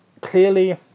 clearly